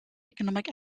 economic